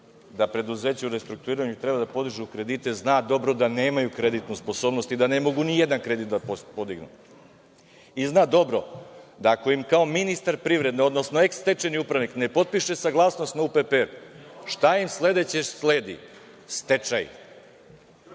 da preduzeća u restrukturiranju treba da podižu kredite, zna dobro da nemaju kreditnu sposobnost i da ne mogu ni jedan kredit da podignu. Zna dobro da ako im kao ministar privrede, odnosno eh stečajni upravnik, ne potpiše saglasnost na UPPR, šta im sledeće sledi? Stečaj.